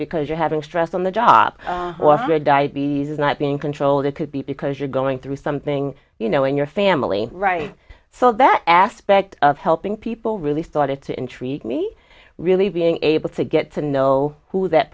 because you're having stress on the job or diabetes is not being controlled it could be because you're going through something you know in your family right so that aspect of helping people really thought it's intrigued me really being able to get to know who that